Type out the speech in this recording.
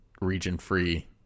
region-free